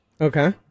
Okay